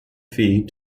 fee